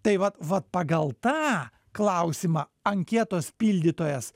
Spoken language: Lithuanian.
tai vat vat pagal tą klausimą anketos pildytojas